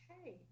Okay